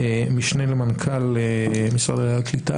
משנה למנכ"ל משרד העלייה והקליטה,